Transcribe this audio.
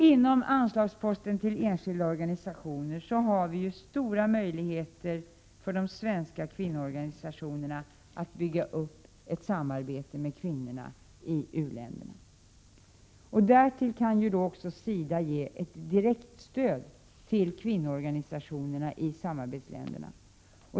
Inom anslagsposten Enskilda organisationer ges det stora möjligheter för de svenska kvinnoorganisationerna att bygga upp ett samarbete med kvinnorna i u-länderna. Därtill kan också SIDA ge ett direkt stöd till kvinnoorganisationerna i samarbetsländerna.